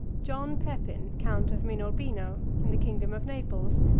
john pepin, count of minorbino, in the kingdom of naples,